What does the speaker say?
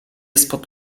spod